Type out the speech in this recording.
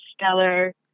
stellar